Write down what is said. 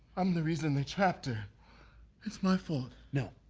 i'm the reason they trapped her. it's my fault. no!